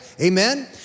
Amen